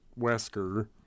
Wesker